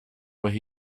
where